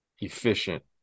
efficient